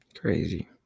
crazy